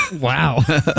wow